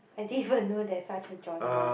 I didn't even know there such a genre